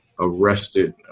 arrested